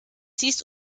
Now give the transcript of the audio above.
siehst